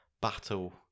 battle